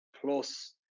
plus